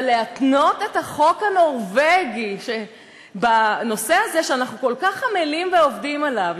אבל להתנות את החוק הנורבגי בנושא הזה שאנחנו כל כך עמלים ועובדים עליו,